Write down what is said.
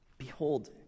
Behold